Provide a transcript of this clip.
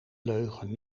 leugen